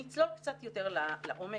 נצלול קצת יותר לעומק.